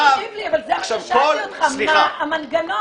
אבל זה מה ששאלתי אותך, מה המנגנון.